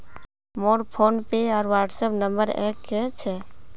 मोर फोनपे आर WhatsApp number एक क छेक